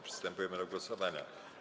Przystępujemy do głosowania.